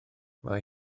mae